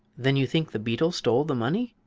then you think the beetle stole the money?